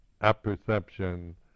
apperception